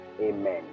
Amen